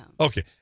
Okay